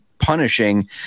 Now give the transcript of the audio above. punishing